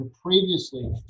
Previously